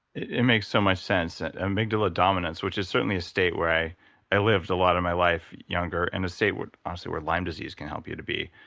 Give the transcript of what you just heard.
it makes so much sense. amygdala dominance, which is certainly a state where i i lived a lot of my life younger and a state where obviously lime disease can help you to be.